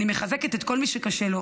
אני מחזקת את כל מי שקשה לו,